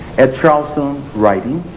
at charleston writing,